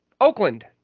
Oakland